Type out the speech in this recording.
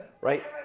Right